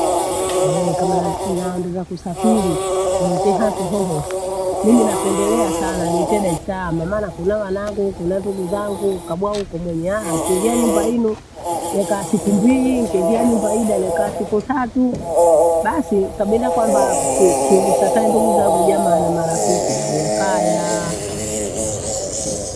Ehe! kama nan- naendiza kusafiri niite handu hohose. Mimi napendelea sana niite Dalisalama maana kuna wanangu, kuna ndugu zangu nkabwa ukumunyaa ntigae nyumba ino nokaa siku mbili, nikeingia nyumba hii danekaa siku tatu. Basii nikabinda kwambaa ki- kigusa kae ndugu zau jamaa na marafiki nauya kayaa.